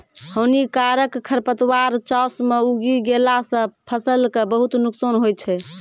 हानिकारक खरपतवार चास मॅ उगी गेला सा फसल कॅ बहुत नुकसान होय छै